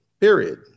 period